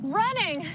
running